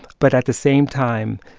but at the same time,